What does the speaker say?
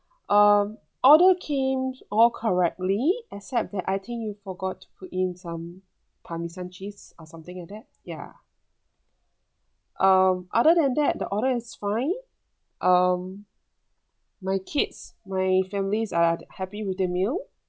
um order came all correctly except that I think you forgot to put in some parmesan cheese or something like that ya um other than that the order is fine um my kids my families are happy with the meal